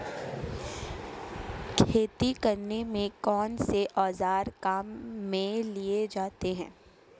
खेती करने में कौनसे औज़ार काम में लिए जाते हैं?